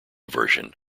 version